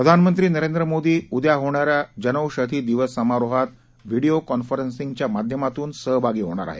प्रधानमंत्री नरेंद्र मोदी उद्या होणाऱ्या जनौषधी दिवस समारोहात व्हिडिओ कॉन्फरन्सिंगच्या माध्यमातून सहभागी होणार आहे